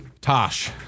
Tosh